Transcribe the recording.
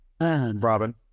Robin